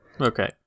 Okay